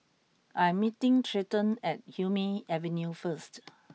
I'm meeting Treyton at Hume Avenue first